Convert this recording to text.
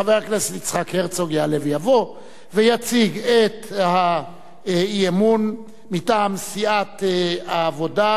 חבר הכנסת יצחק הרצוג יעלה ויבוא ויציג את האי-אמון מטעם סיעת העבודה,